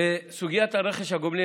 בסוגיית רכש הגומלין,